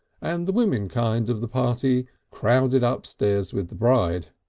and the womenkind of the party crowded ah upstairs with the bride.